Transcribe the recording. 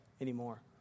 anymore